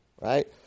right